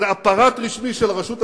זה אפארט רשמי של הרשות הפלסטינית,